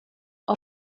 all